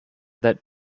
that